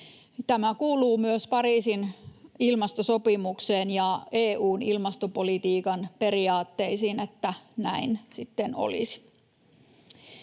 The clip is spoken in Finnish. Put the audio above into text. Tämä kuuluu myös Pariisin ilmastosopimukseen ja EU:n ilmastopolitiikan periaatteisiin, että näin sitten olisi.